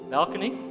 Balcony